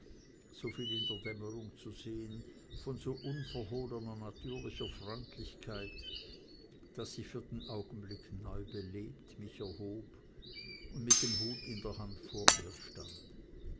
soviel in der dämmerung zu sehen von so unverhohlener natürlicher freundlichkeit daß ich für den augenblick neu belebt mich erhob und mit dem hut in der hand vor ihr stand